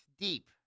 deep